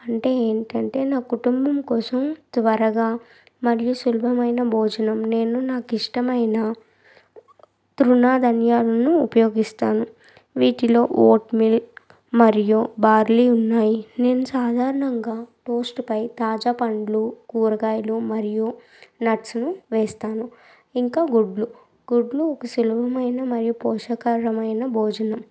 అంటే ఏంటంటే నా కుటుంబం కోసం త్వరగా మరియు సులభమైన భోజనం నేను నాకు ఇష్టమైన తృణధాన్యాలను ఉపయోగిస్తాను వీటిలో ఓట్ మిల్క్ మరియు బార్లీ ఉన్నాయి నేను సాధారణంగా టోస్ట్పై తాజా పండ్లు కూరగాయలు మరియు నట్స్ను వేస్తాను ఇంకా గుడ్లు గుడ్లు ఒక సులభమైన మరియు పోషకారమైన భోజనం